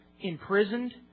imprisoned